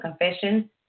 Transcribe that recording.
confession